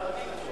ממשלת קדימה.